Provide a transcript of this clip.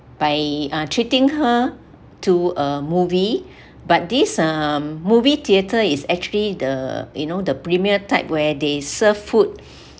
by uh treating her to a movie but this um movie theater is actually the you know the premier type where they serve food